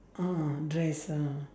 ah dress ah